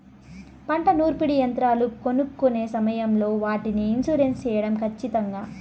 పంట నూర్పిడి యంత్రాలు కొనుక్కొనే సమయం లో వాటికి ఇన్సూరెన్సు సేయడం ఖచ్చితంగా?